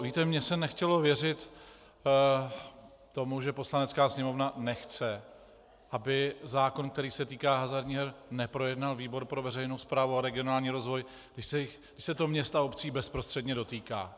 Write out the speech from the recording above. Víte, mně se nechtělo věřit tomu, že Poslanecká sněmovna nechce, aby zákon, který se týká hazardních her, projednal výbor pro veřejnou správu a regionální rozvoj, když se to měst a obcí bezprostředně dotýká.